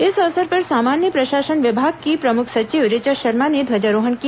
इस अवसर पर सामान्य प्रशासन विभाग की प्रमुख सचिव ऋचा शर्मा ने ध्वजारोहण किया